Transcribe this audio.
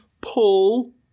pull